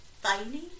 finding